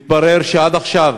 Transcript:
מתברר שעד עכשיו